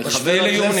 ב-7 ביוני,